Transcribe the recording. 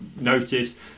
notice